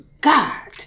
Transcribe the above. God